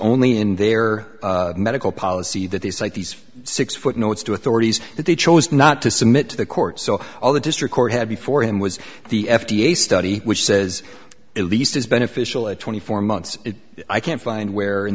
only in their medical policy that they cite these six footnotes to authorities that they chose not to submit to the court so all the district court had before him was the f d a study which says at least as beneficial at twenty four months i can't find where in